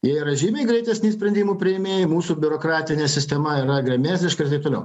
jie yra žymiai greitesni sprendimų priėmėjai mūsų biurokratinė sistema yra gremėzdiška ir taip toliau